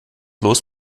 los